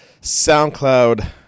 soundcloud